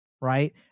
right